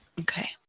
Okay